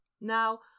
Now